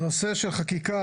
נושא של חקיקה,